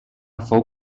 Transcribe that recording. fou